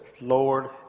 lord